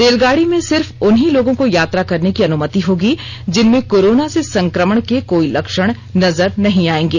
रेलगाड़ी में सिर्फ उन्हीं लोगों को यात्रा करने की अनुमति होगी जिनमें कोरोना से संक्रमण के कोई लक्षण नजर नहीं आयेंगे